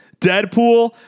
Deadpool